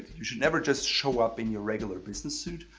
you should never just show up in your regular business suit.